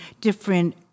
different